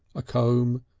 a comb,